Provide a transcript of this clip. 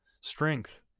strength